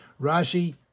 Rashi